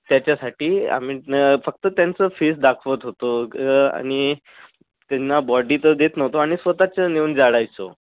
त्याच्यासाठी आम्ही फक्त त्यांचं फेस दाखवत होतो आणि त्यांना बॉडी तर देत नव्हतो आणि स्वत च नेऊन जाळायचो